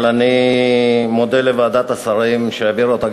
אני מודה לוועדת השרים שהעבירה אותה,